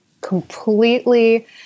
completely